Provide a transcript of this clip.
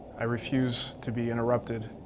i refuse to be interrupted